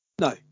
No